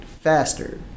faster